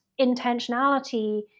intentionality